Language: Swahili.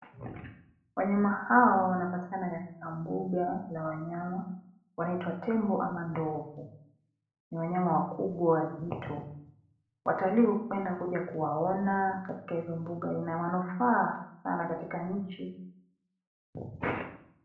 Wanyama hawa wanapatikana katika mbuga la wanyama. Wanaitwa tembo ama ndovu, ni wanyama wakubwa wazito. Watalii hupenda kuja kuwaona katika hizo mbuga, ina manufaa sana katika nchi.